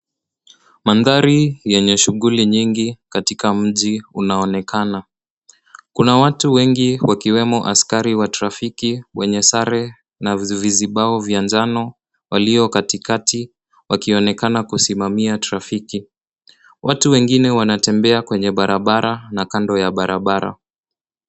Mandhari yenye shughuli nyingi katika mji unaonekana. Kuna watu wengi wakiwemo askari wa trafiki wenye sare na vizibao vya njano walio katikati wakionekana kusimamia trafiki. Watu wengine wanatembea kwenye barabara na kando ya barabara.